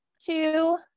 two